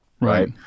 Right